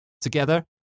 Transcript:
together